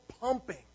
pumping